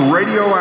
Radio